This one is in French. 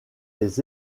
les